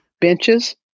Benches